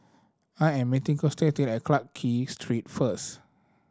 I am meeting Constantine at Clarke Street first